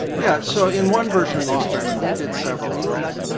yeah. so in one version of the experiment we did several of these.